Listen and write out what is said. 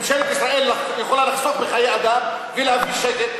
ממשלת ישראל יכולה לחסוך בחיי אדם ולהביא שקט,